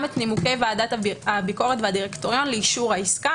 גם את נימוקי ועדת הביקורת והדירקטוריון לאישור העסקה.